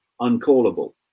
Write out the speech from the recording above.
uncallable